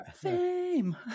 Fame